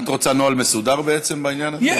את רוצה נוהל מסודר בעניין הזה?